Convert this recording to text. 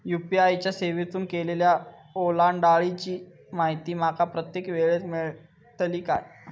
UPI च्या सेवेतून केलेल्या ओलांडाळीची माहिती माका प्रत्येक वेळेस मेलतळी काय?